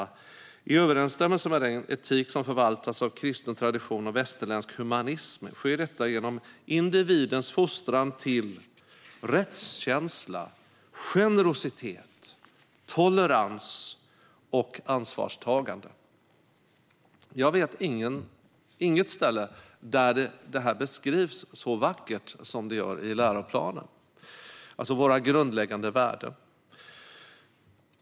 I överensstämmelse med den etik som förvaltats av kristen tradition och västerländsk humanism sker detta genom individens fostran till rättskänsla, generositet, tolerans och ansvarstagande. Jag vet inget ställe där detta beskrivs så vackert som det gör i läroplanen. Det handlar alltså om våra grundläggande värden.